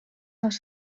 dels